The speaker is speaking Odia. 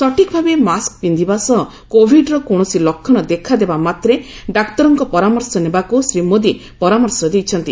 ସଠିକ୍ ଭାବେ ମାସ୍କ ପିନ୍ଧିବା ସହ କୋଭିଡର କୌଣସି ଲକ୍ଷଣ ଦେଖା ଦେବା ମାତ୍ରେ ଡାକ୍ତରଙ୍କ ପରାମର୍ଶ ନେବାକୁ ଶ୍ରୀ ମୋଦି ପରାମର୍ଶ ଦେଇଛନ୍ତି